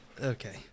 Okay